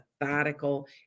methodical